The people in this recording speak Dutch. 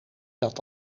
dat